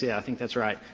yeah i think that's right.